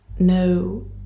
No